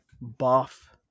buff